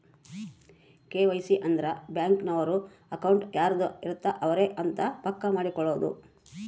KYC ಅಂದ್ರ bank ನವರು account ಯಾರದ್ ಇರತ್ತ ಅವರೆ ಅಂತ ಪಕ್ಕ ಮಾಡ್ಕೊಳೋದು